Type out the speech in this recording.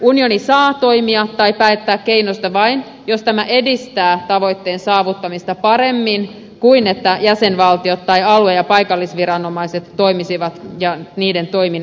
unioni saa toimia tai päättää keinoista vain jos tämä edistää tavoitteen saavuttamista paremmin kuin se että jäsenvaltiot tai alue ja paikallisviranomaiset toimisivat ja päättäminen niiden toimin olisi mahdollista